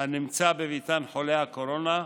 הנמצא בביתן חולי הקורונה,